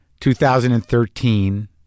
2013